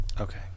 Okay